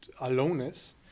aloneness